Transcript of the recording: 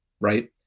right